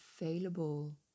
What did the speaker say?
available